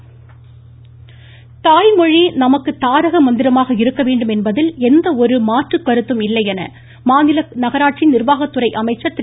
ம்ம்ம்ம்ம் வேலமனி தாய்மொழி நமக்கு தாரக மந்திரமாக இருக்கவேண்டும் என்பதில் எந்த ஒரு மாற்றுக்கருத்தும் இல்லை என மாநில நகராட்சி நிர்வாகத்துறை அமைச்சர் திரு